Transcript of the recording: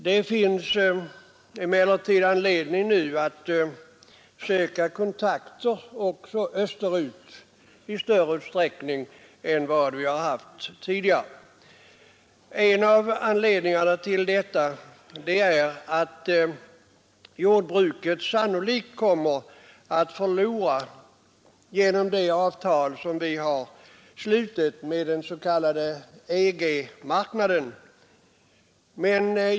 Det finns emellertid anledning att nu söka kontakter österut i större utsträckning än tidigare. En av anledningarna är att jordbruket sannolikt kommer att förlora genom det avtal som vi slutit med den s.k. EG-marknaden.